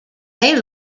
they